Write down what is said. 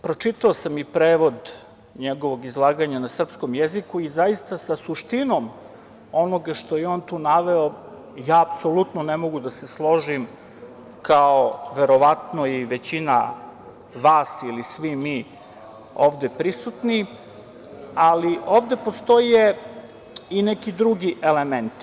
Pročitao sam i prevod njegovog izlaganja na srpskom jeziku i zaista sa suštinom onoga što je on tu naveo ja apsolutno ne mogu da se složim, kao verovatno i većina vas ili svi mi ovde prisutni, ali ovde postoje i neki drugi elementi.